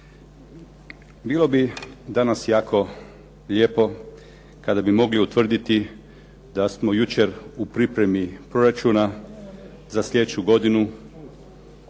Bilo bi danas jako lijepo kada bi mogli utvrditi da smo jučer u pripremi proračuna za sljedeću godinu